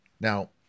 Now